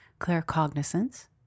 claircognizance